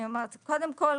קודם כול,